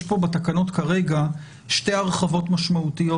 פה בתקנות כרגע שתי הרחבות משמעותיות,